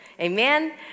Amen